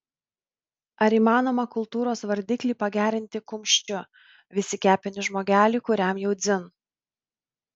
ar įmanoma kultūros vardiklį pagerinti kumščiu vis į kepenis žmogeliui kuriam jau dzin